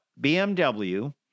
BMW